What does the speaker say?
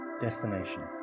destination